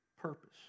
purpose